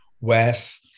Wes